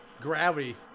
gravity